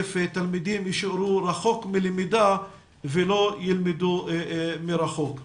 תלמידים יישארו רחוק מלמידה ולא ילמדו מרחוק.